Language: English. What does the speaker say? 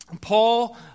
Paul